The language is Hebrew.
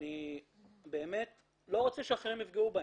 אני באמת לא רוצה שיפגעו באחרים.